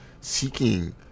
seeking